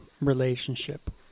relationship